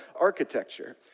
architecture